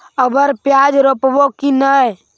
अबर प्याज रोप्बो की नय?